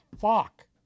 fuck